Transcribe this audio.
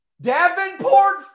Davenport